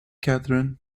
catherine